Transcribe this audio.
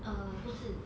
err 不是